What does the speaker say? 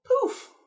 poof